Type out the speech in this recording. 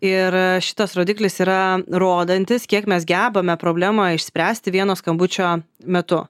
ir šitas rodiklis yra rodantis kiek mes gebame problemą išspręsti vieno skambučio metu